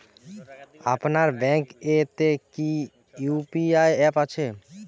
আপনার ব্যাঙ্ক এ তে কি ইউ.পি.আই অ্যাপ আছে?